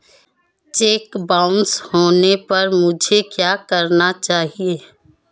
Check bounce होने पर मुझे क्या करना चाहिए?